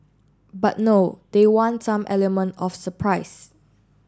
but no they want some element of surprise